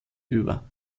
über